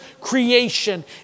creation